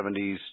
1970s